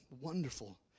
wonderful